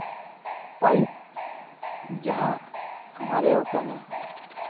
pipe ᱡᱟᱦᱟᱸ ᱢᱟᱨᱮ ᱟᱠᱟᱱᱟ